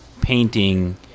painting